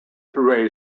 threw